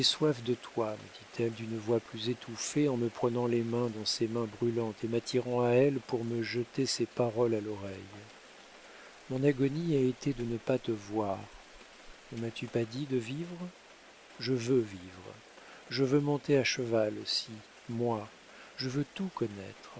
de toi me dit-elle d'une voix plus étouffée en me prenant les mains dans ses mains brûlantes et m'attirant à elle pour me jeter ces paroles à l'oreille mon agonie a été de ne pas te voir ne m'as-tu pas dit de vivre je veux vivre je veux monter à cheval aussi moi je veux tout connaître